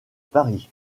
paris